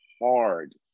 hard